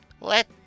Let